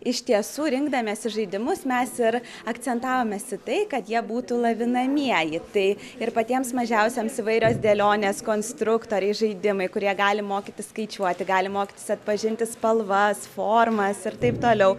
iš tiesų rinkdamiesi žaidimus mes ir akcentavomės į tai kad jie būtų lavinamieji tai ir patiems mažiausiems įvairios dėlionės konstruktoriai žaidimai kurie gali mokytis skaičiuoti gali mokytis atpažinti spalvas formas ir taip toliau